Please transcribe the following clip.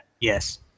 Yes